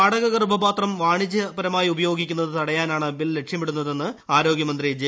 വാടക ഗർഭപാത്രം വാണിജ്യപരമായി ഉപയോഗിക്കുന്നത് തടയാനാണ് ബിൽ ലക്ഷ്യമിടുന്നതെന്ന് ആരോഗ്യമന്ത്രി ജെ